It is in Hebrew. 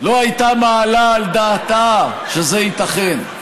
לא הייתה מעלה על דעתה שזה ייתכן.